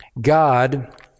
God